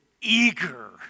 eager